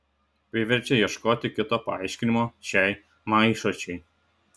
priverčia ieškoti kito paaiškinimo šiai maišačiai